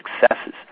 successes